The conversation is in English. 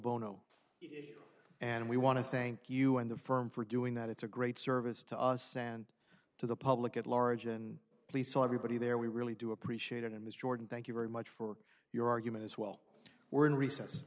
bono and we want to thank you in the firm for doing that it's a great service to us and to the public at large and please saw everybody there we really do appreciate it and this jordan thank you very much for your argument as well we're in rece